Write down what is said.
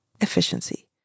efficiency